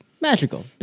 magical